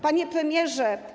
Panie Premierze!